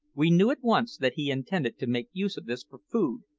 we knew at once that he intended to make use of this for food,